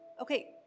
Okay